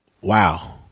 wow